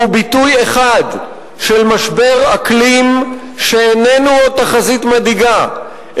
והוא ביטוי אחד של משבר אקלים שאיננו עוד תחזית מדאיגה,